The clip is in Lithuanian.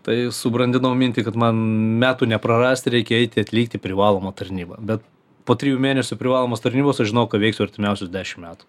tai subrandinau mintį kad man metų neprarasti reikia eiti atlikti privalomą tarnybą bet po trijų mėnesių privalomos tarnybos aš žinojau ką veiksiu artimiausius dešim metų